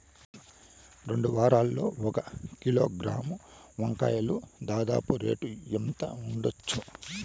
ఈ రెండు వారాల్లో ఒక కిలోగ్రాము వంకాయలు దాదాపు రేటు ఎంత ఉండచ్చు?